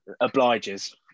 obliges